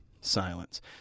silence